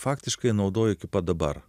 faktiškai naudoju iki pat dabar